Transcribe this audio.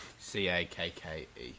C-A-K-K-E